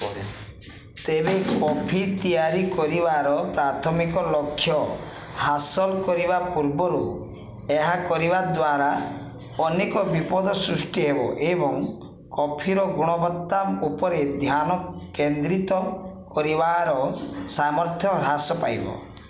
ତେବେ କଫି ତିଆରି କରିବାର ପ୍ରାଥମିକ ଲକ୍ଷ୍ୟ ହାସଲ କରିବା ପୂର୍ବରୁ ଏହା କରିବାଦ୍ଵାରା ଅନେକ ବିପଦ ସୃଷ୍ଟି ହେବ ଏବଂ କଫିର ଗୁଣବତ୍ତା ଉପରେ ଧ୍ୟାନ କେନ୍ଦ୍ରୀତ କରିବାର ସାମର୍ଥ୍ୟ ହ୍ରାସ ପାଇବ